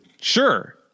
Sure